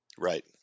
right